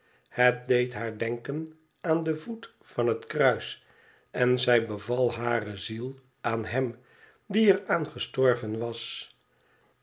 het deed haar denken aan den voet van het kruis en zij beval hare ziel aan hem die er aan gestorven was